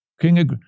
King